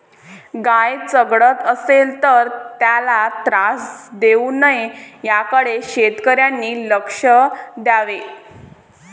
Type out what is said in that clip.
गाय चघळत असेल तर त्याला त्रास देऊ नये याकडे शेतकऱ्यांनी लक्ष द्यावे